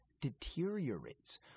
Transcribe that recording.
deteriorates